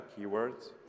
keywords